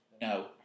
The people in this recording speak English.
no